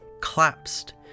collapsed